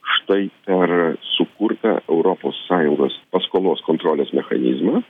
štai per sukurtą europos sąjungos paskolos kontrolės mechanizmą